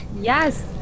Yes